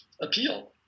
appeal